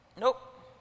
Nope